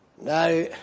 Now